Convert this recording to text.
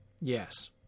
Yes